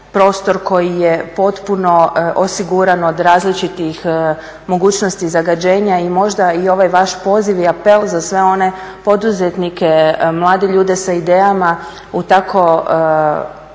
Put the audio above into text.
koji je potpuno osiguran od različitih mogućnosti zagađenja. I možda i ovaj vaš poziv i apel za sve one poduzetnike, mlade ljude sa idejama u tako